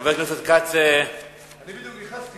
חבר הכנסת כץ, בדיוק נכנסתי